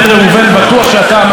בלתי מתקבל על הדעת,